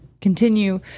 continue